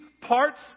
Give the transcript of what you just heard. parts